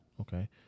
okay